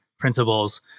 principles